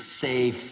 safe